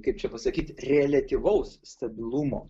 kaip čia pasakyti reliatyvaus stabilumo